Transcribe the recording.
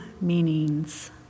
meanings